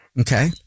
Okay